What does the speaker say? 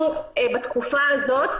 תקופה,